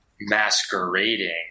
masquerading